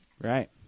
Right